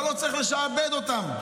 אבל לא צריך לשעבד אותם,